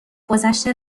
گذشته